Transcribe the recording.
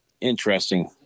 interesting